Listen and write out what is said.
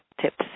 tips